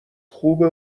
خوبه